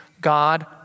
God